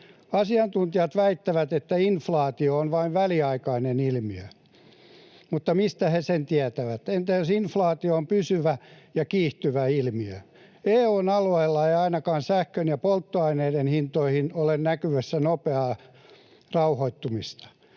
Asiantuntijat väittävät, että inflaatio on vain väliaikainen ilmiö. Mutta mistä he sen tietävät? Entä jos inflaatio on pysyvä ja kiihtyvä ilmiö? EU:n alueella ei ainakaan sähkön ja polttoaineiden hintoihin ole näkyvissä nopeaa rauhoittumista.